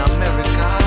America